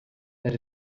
that